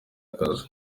kazi